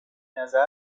نظر